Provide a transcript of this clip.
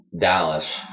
Dallas